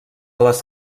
les